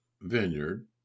vineyard